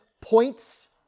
points